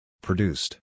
Produced